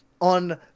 on